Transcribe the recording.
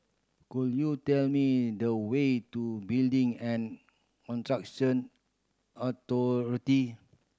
could you tell me the way to Building and Construction Authority